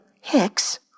Hicks